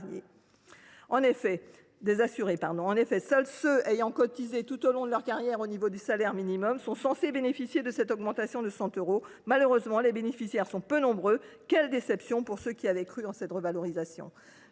En effet, seuls ceux qui ont cotisé tout au long de leur carrière au niveau du salaire minimum sont censés bénéficier de cette augmentation de 100 euros. Malheureusement, les bénéficiaires sont peu nombreux. Quelle déception pour ceux qui avaient cru en cette revalorisation !